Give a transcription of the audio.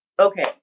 okay